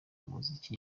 muziki